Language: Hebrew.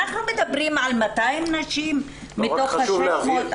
אנחנו מדברים על 200 נשים מתוך ה-600.